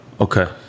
Okay